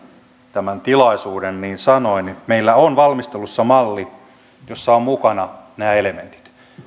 tämän tilaisuuden meillä on valmistelussa malli jossa ovat mukana nämä elementit